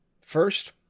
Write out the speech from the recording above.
First